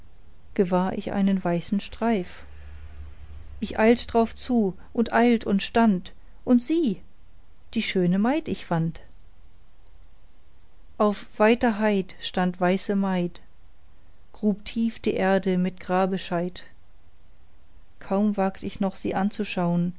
gewahr ich einen weißen streif ich eilt drauf zu und eilt und stand und sieh die schöne maid ich fand auf weiter heid stand weiße maid grub tief die erd mit grabescheit kaum wagt ich noch sie anzuschaun